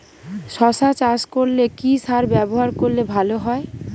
শশা চাষ করলে কি সার ব্যবহার করলে ভালো হয়?